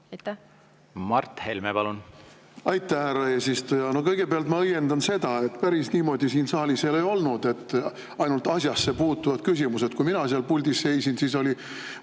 Mart Helme, palun! Aitäh, härra eesistuja! Kõigepealt ma õiendan seda, et päris niimoodi siin saalis ei ole olnud, et on ainult asjassepuutuvad küsimused. Kui mina seal puldis seisin, siis oli